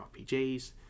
RPGs